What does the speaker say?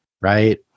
right